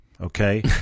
okay